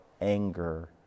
anger